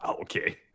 Okay